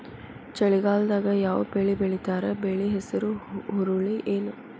ಚಳಿಗಾಲದಾಗ್ ಯಾವ್ ಬೆಳಿ ಬೆಳಿತಾರ, ಬೆಳಿ ಹೆಸರು ಹುರುಳಿ ಏನ್?